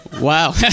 Wow